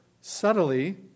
subtly